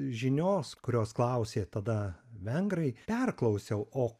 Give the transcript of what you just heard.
žinios kurios klausė tada vengrai perklausiau o